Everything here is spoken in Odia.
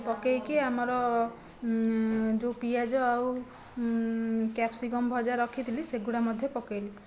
ପକେଇକି ଆମର ଯେଉଁ ପିଆଜ ଆଉ କ୍ୟାପ୍ସିକମ ଭଜା ରଖିଥିଲି ସେଗୁଡ଼ା ମଧ୍ୟ ପକେଇଲି